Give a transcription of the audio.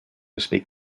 speak